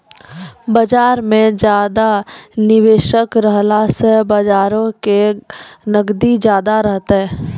बजार मे ज्यादा निबेशक रहला से बजारो के नगदी ज्यादा रहतै